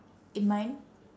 in mind